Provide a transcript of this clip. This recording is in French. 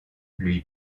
lui